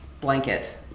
blanket